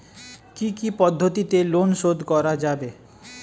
কি কি পদ্ধতিতে লোন শোধ করা যাবে?